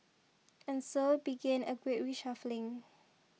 and so began a great reshuffling